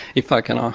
if i can um